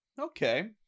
Okay